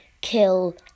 kill